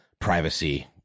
privacy